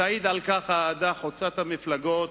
תעיד על כך האהדה חוצת המפלגות,